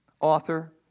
author